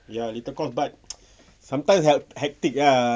ya little cost but sometimes hec~ hectic ah